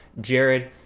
jared